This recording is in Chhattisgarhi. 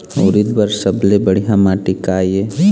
उरीद बर सबले बढ़िया माटी का ये?